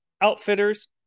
Outfitters